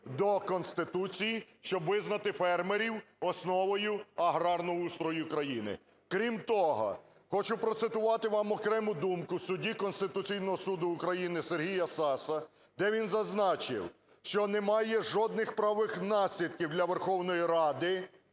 до Конституції, щоб визнати фермерів основою аграрного устрою країни. Крім того, хочу процитувати вам окрему думку судді Конституційного Суду України Сергія Саса, де він зазначив, що немає жодних правових наслідків для Верховної Ради